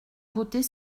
voter